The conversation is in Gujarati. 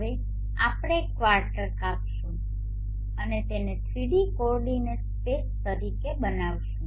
હવે આપણે એક ક્વાર્ટર કાપીશું અને તેને 3 ડી કોઓર્ડિનેટ સ્પેસ તરીકે બનાવીશું